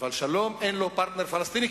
אבל לשלום אין לו פרטנר פלסטיני,